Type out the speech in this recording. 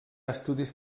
estudis